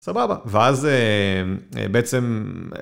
סבבה. ואז בעצם...